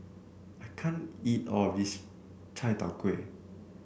I can't eat all of this Chai Tow Kway